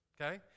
okay